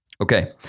Okay